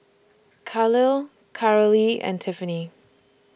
Khalil Carolee and Tiffany